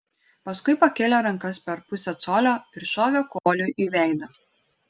paskui pakėlė rankas per pusę colio ir šovė koliui į veidą